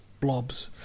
blobs